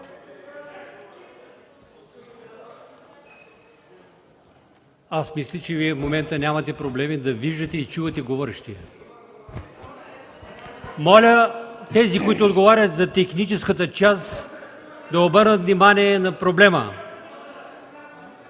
Аз мисля, че Вие в момента нямате проблеми да виждате и чувате говорещия. (Реплики от ГЕРБ.) Моля, тези които отговарят за техническата част, да обърнат внимание на проблема.